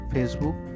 Facebook